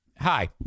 hi